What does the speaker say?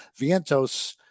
Vientos